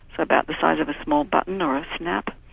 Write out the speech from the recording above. so about the size of a small button or a snap.